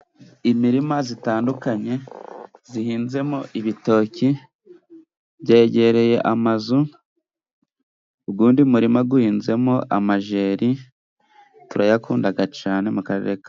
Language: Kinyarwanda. Imirima zitandukanye zihinzemo ibitoki byegereye amazu, ugundi murima guhinzemo amajeri turayakundaga cane mu Karere ka Musanze.